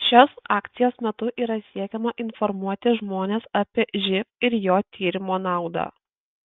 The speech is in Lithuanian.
šios akcijos metu yra siekiama informuoti žmones apie živ ir jo tyrimo naudą